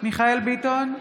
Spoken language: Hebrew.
מיכאל מרדכי ביטון,